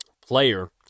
player